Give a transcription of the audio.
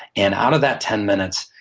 and out of that ten minutes,